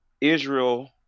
Israel